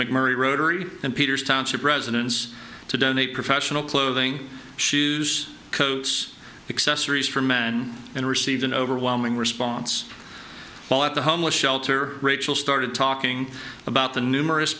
mcmurry rotary and peters township residents to donate professional clothing shoes coats accessories for men and received an overwhelming response at the homeless shelter rachel started talking about the numerous